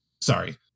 Sorry